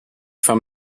from